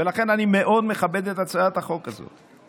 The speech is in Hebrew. לכן אני מאוד מכבד את הצעת החוק הזאת.